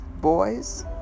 boys